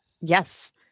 yes